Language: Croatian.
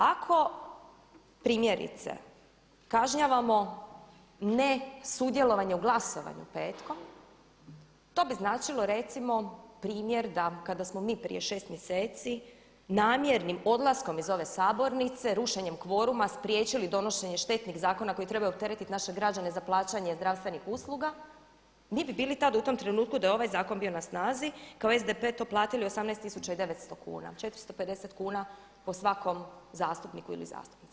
Ako primjerice kažnjavamo ne sudjelovanje u glasovanju petkom to bi značilo recimo primjer da kada smo mi prije 6 mjeseci namjernim odlaskom iz ove sabornice rušenjem kvoruma spriječili donošenje štetnih zakona koji treba opteretiti naše građane za plaćanje zdravstvenih usluga mi bi bili tad u tom trenutku da je ovaj zakon bio na snazi kao SDP to platili 18 900 kuna, 450 kuna po svakom zastupniku ili zastupnici.